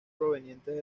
provenientes